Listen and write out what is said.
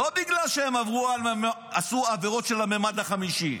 לא בגלל שהם עשו עבירות של המימד החמישי,